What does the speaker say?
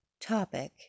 topic